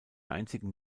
einzigen